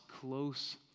close